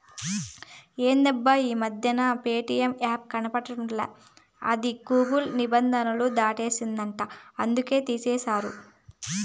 ఎందబ్బా ఈ మధ్యన ప్యేటియం యాపే కనబడట్లా అది గూగుల్ నిబంధనలు దాటేసిందంట అందుకనే తీసేశారు